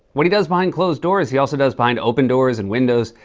what he does behind closed doors, he also does behind open doors. and windows,